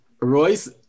Royce